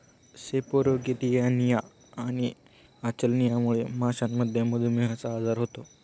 सेपेरोगेलियानिया आणि अचलियामुळे माशांमध्ये मधुमेहचा आजार होतो